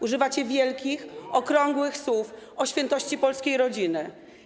Używacie wielkich, okrągłych słów o świętości polskiej rodziny.